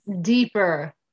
deeper